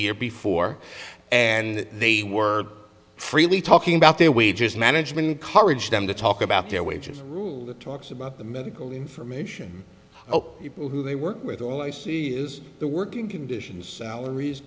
year before and they were freely talking about their wages management courage them to talk about their wages rule talks about the medical information oh people who they work with all i see is the working conditions salaries